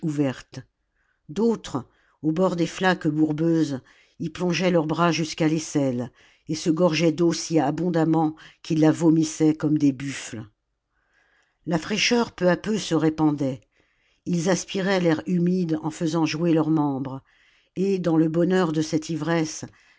d'autres au bord des flaques bourbeuses j plongeaient leurs bras jusqu'à l'aisselle et se gorgeaient d'eau si abondamment qu'ils la vomissaient comme des buffles la fraîcheur peu à peu se répandait ils aspiraient l'air humide en faisant jouer leurs membres et dans le bonheur de cette ivresse